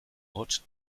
hots